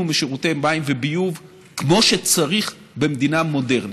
משירותי מים וביוב כמו שצריך במדינה מודרנית.